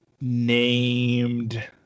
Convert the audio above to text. named